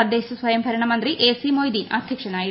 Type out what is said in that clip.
തദ്ദേശസിയ്ക്ടരണ മന്ത്രി A C Moideen അധ്യക്ഷനായിരുന്നു